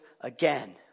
again